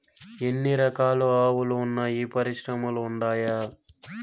ఎన్ని రకాలు ఆవులు వున్నాయి పరిశ్రమలు ఉండాయా?